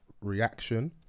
reaction